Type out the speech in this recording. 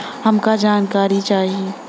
हमका जानकारी चाही?